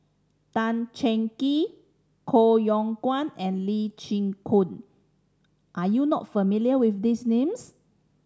Tan Cheng Kee Koh Yong Guan and Lee Chin Koon are you not familiar with these names